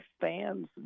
fans